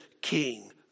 king